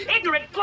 ignorant